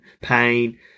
pain